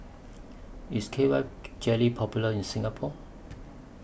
IS K Y Jelly Popular in Singapore